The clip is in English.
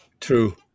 True